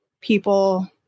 people